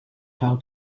how